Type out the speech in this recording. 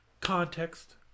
context